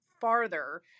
farther